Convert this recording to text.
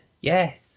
Yes